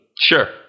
Sure